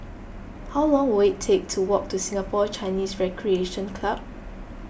how long will it take to walk to Singapore Chinese Recreation Club